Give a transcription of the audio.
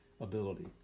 ability